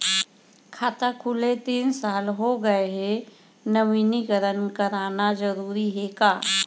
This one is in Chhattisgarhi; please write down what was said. खाता खुले तीन साल हो गया गये हे नवीनीकरण कराना जरूरी हे का?